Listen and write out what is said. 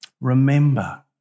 Remember